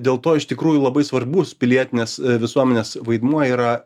dėl to iš tikrųjų labai svarbus pilietinės visuomenės vaidmuo yra